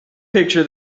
picture